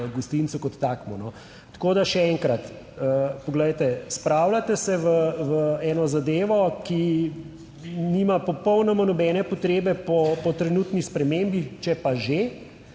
Tako da, še enkrat, poglejte, spravljate se v eno zadevo, ki nima popolnoma nobene potrebe po trenutni spremembi. Če pa že,